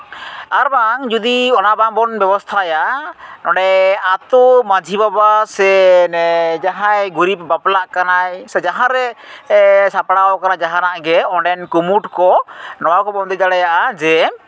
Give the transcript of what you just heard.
ᱟᱨ ᱵᱟᱝ ᱡᱩᱫᱤ ᱚᱱᱟ ᱵᱟᱵᱚᱱ ᱵᱮᱵᱚᱥᱛᱷᱟᱭᱟ ᱚᱸᱰᱮ ᱟᱛᱳ ᱢᱟᱹᱡᱷᱤ ᱵᱟᱵᱟ ᱥᱮ ᱡᱟᱦᱟᱸᱭ ᱜᱩᱨᱤᱵ ᱵᱟᱯᱞᱟᱜ ᱠᱟᱱᱟᱭ ᱡᱟᱦᱟᱸ ᱨᱮ ᱥᱟᱯᱲᱟᱣ ᱠᱟᱱᱟᱭ ᱥᱮ ᱡᱟᱦᱟᱸ ᱨᱮ ᱥᱟᱯᱲᱟᱣ ᱠᱟᱱᱟ ᱡᱟᱦᱟᱱᱟᱜ ᱜᱮ ᱚᱸᱰᱮᱱ ᱠᱩᱢᱩᱴ ᱠᱚ ᱱᱚᱣᱟ ᱠᱚ ᱵᱚᱱᱫᱮᱡᱽ ᱫᱟᱲᱮᱭᱟᱜᱼᱟ ᱡᱮ